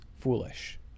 foolish